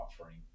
offering